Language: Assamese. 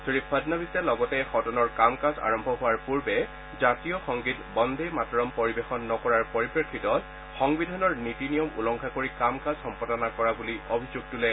শ্ৰী ফাড়নাবিছে লগতে সদনৰ কাম কাজ আৰম্ভ হোৱাৰ পূৰ্বে ৰাষ্ট্ৰীয় সংগীত 'বন্দে মাতৰম' পৰিৱেশন নকৰাৰ পৰিপ্ৰেক্ষিতত সংবিধানৰ নীতি নিয়ম উলংঘা কৰি কাম কাজ সম্পাদনা কৰা বুলি অভিযোগ তোলে